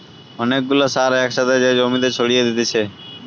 অনেক গুলা সার এক সাথে যে জমিতে ছড়িয়ে দিতেছে